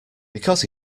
because